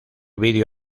video